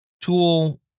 tool